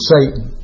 Satan